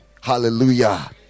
Hallelujah